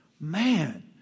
man